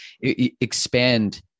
expand